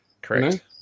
Correct